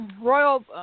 Royal